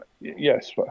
yes